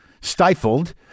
stifled